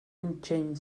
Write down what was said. унччен